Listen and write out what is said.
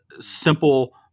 simple